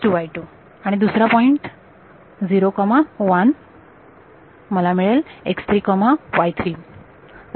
x2 y2 आणि दुसरा point 01 मला मिळेल x3 y3